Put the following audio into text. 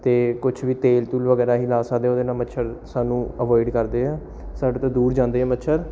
ਅਤੇ ਕੁਛ ਵੀ ਤੇਲ ਤੂਲ ਵਗੈਰਾ ਅਸੀਂ ਲਾ ਸਕਦੇ ਉਹਦੇ ਨਾਲ ਮੱਛਰ ਸਾਨੂੰ ਅਵੋਇਡ ਕਰਦੇ ਆ ਸਾਡੇ ਤੋਂ ਦੂਰ ਜਾਂਦੇ ਆ ਮੱਛਰ